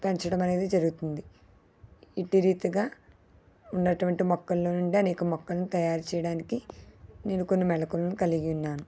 పెంచడం అనేది జరుగుతుంది ఇట్టి రీతిగా ఉన్నటువంటి మొక్కల నుండి అనేక మొక్కలను తయారు చేయడానికి నేను కొన్నిమెలుకువలను కలిగి ఉన్నాను